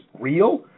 real